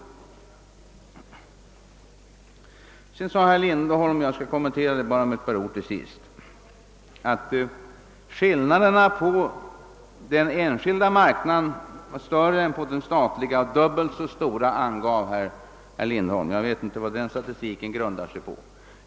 Till sist vill jag endast med ett par ord kommentera herr Lindholms uttalande att skillnaderna på den enskilda marknaden härvidlag är större än skillnaderna på den statliga marknaden. Skillnaderna var dubbelt så stora, sade herr Lindholm. Vad den statistiken grundar sig på vet jag inte.